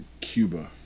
Cuba